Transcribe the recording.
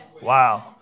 Wow